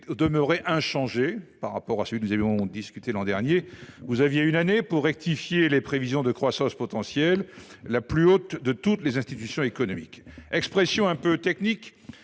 texte est inchangé par rapport à celui dont nous avions discuté l’an dernier. Monsieur le ministre, vous aviez une année pour rectifier les prévisions de « croissance potentielle », la plus haute de toutes les institutions économiques, expression un peu technique